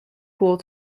poole